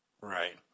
Right